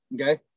okay